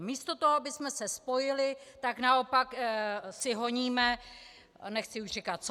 Místo toho, abychom se spojili, tak naopak si honíme nechci už říkat co.